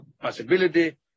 possibility